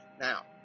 Now